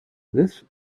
this